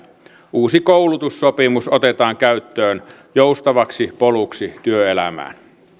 uusi koulutussopimus otetaan käyttöön joustavaksi poluksi työelämään